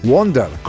Wonder